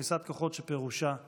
אפיסת כוחות שפירושה מוות,